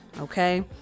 Okay